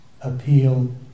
appeal